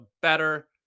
better